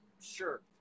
sure